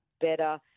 better